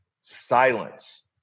silence